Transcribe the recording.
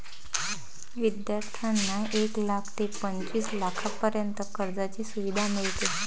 विद्यार्थ्यांना एक लाख ते पंचवीस लाखांपर्यंत कर्जाची सुविधा मिळते